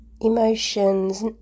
emotions